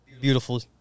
beautiful